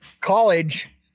college